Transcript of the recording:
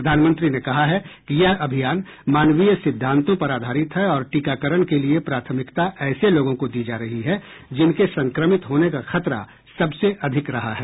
प्रधानमंत्री ने कहा है कि यह अभियान मानवीय सिद्धांतों पर आधारित है और टीकाकरण के लिए प्राथमिकता ऐसे लोगों को दी जा रही है जिनके संक्रमित होने का खतरा सबसे अधिक रहा है